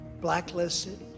blacklisted